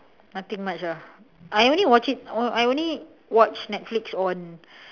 nothing much ah I only watch it I only watch netflix on